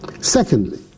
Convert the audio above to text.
Secondly